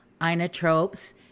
inotropes